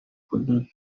kudoda